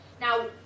Now